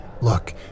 Look